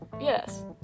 Yes